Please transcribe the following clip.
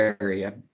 area